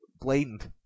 blatant